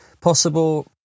possible